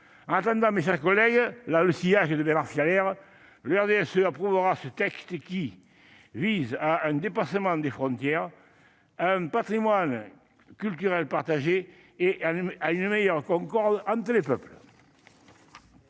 En attendant, mes chers collègues, dans le sillage de Bernard Fialaire, le RDSE approuvera ce texte visant à un dépassement des frontières, à un patrimoine culturel partagé et à une meilleure concorde entre les peuples.